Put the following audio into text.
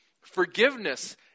forgiveness